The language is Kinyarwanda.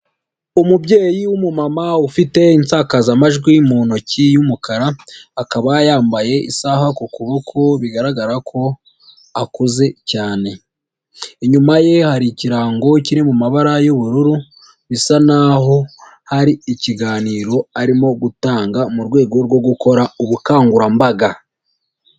Umubyeyi w'umumama ufite insakazamajwi mu ntoki y'umukara, akaba yambaye isaha ku kuboko bigaragara ko akuze cyane. Inyuma ye hari ikirango kiri mu mabara y'ubururu, bisa naho hari ikiganiro arimo gutanga mu rwego rwo gukora ubukangurambaga.